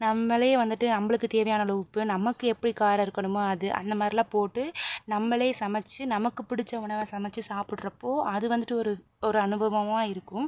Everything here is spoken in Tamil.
நம்மளே வந்துட்டு நம்பளுக்கு தேவையான அளவு உப்பு நமக்கு எப்படி காரம் இருக்கணுமோ அது அந்த மாதிரிலாம் போட்டு நம்மளே சமைச்சு நமக்கு பிடிச்ச உணவை சமச்சு சாப்பபிட்றப்போ அது வந்துட்டு ஒரு ஒரு அனுபவமாக இருக்கும்